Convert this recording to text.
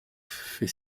fait